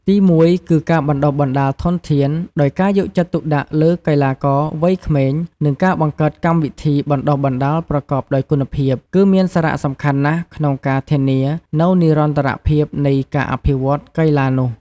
ទីមួយ គឺការបណ្ដុះបណ្ដាលធនធាន ដោយការយកចិត្តទុកដាក់លើកីឡាករវ័យក្មេង និងការបង្កើតកម្មវិធីបណ្ដុះបណ្ដាលប្រកបដោយគុណភាព គឺមានសារៈសំខាន់ណាស់ក្នុងការធានានូវនិរន្តរភាពនៃការអភិវឌ្ឍន៍កីឡានេះ។